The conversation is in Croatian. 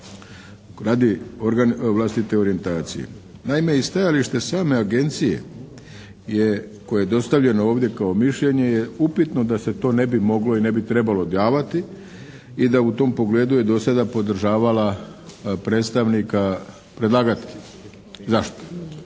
radi vlastite orijentacije. Naime i stajalište same agencije koje je dostavljeno kao mišljenje je upitno da se to ne bi moglo i ne bi trebalo davati i da u tom pogledu je do sada podržavala predstavnika